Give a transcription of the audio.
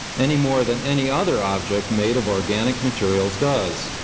any more than any other object made of organic materials does.